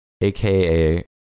aka